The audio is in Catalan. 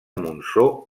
montsó